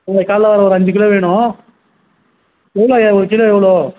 உங்கள் காலையில் வரேன் ஒரு அஞ்சு கிலோ வேணும் எவ்வளோ ஐயா ஒரு கிலோ எவ்வளோ